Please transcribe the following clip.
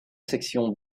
section